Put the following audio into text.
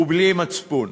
ובלי מצפון.